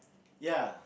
ya